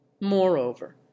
moreover